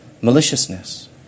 maliciousness